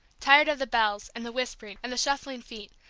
tired of the bells, and the whispering, and the shuffling feet,